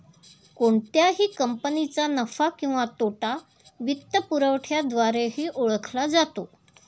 कोणत्याही कंपनीचा नफा किंवा तोटा वित्तपुरवठ्याद्वारेही ओळखला जातो